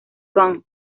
gun